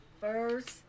first